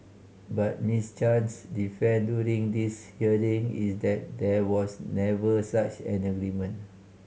but Miss Chan's defence during this hearing is that there was never such an agreement